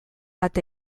bat